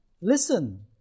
Listen